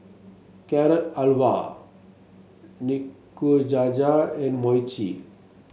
Carrot Halwa Nikujaga and Mochi